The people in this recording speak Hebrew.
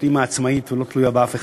להיות אימא עצמאית ולא תלויה באף אחד.